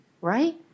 right